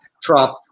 Trump